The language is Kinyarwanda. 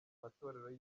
matorero